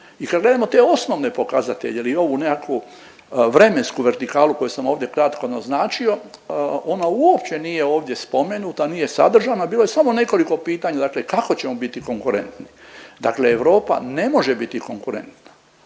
I kad gledamo te osnovne pokazatelje ili ovu nekakvu vremensku vertikalu koju sam ovdje kratko naznačio ona uopće nije ovdje spomenuta, nije sadržana, bilo je samo nekoliko pitanja dakle kako ćemo biti konkurentni. Dakle, Europa ne može biti konkurentna.